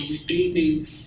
redeeming